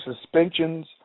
suspensions